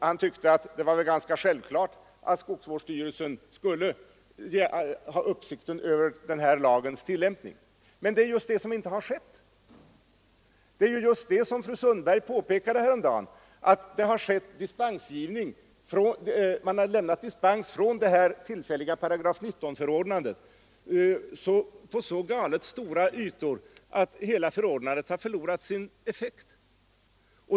Han tyckte att det var självklart att skogsvårdsstyrelsen skulle ha uppsikten över denna lags tillämpning och att det därför var onödigt att lagstifta. Men det är just det som inte skett, när fru Sundberg häromdagen påpekade att man lämnat dispens från det tillfälliga § 19-förordnandet på så galet stora ytor att hela förordnandet nära nog förlorat sin effekt.